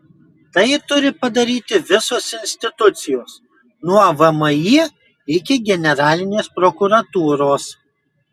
tai turi padaryti visos institucijos nuo vmi iki generalinės prokuratūros